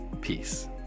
peace